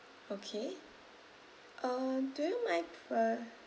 okay uh do you mind p~ uh uh